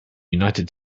united